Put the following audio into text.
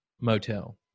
motel